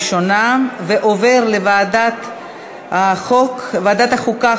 שעה) (תיקון מס' 4) עברה בקריאה ראשונה ועוברת לוועדת החוקה,